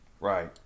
Right